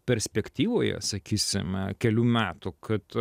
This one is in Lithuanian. perspektyvoje sakysime kelių metų kad